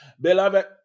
Beloved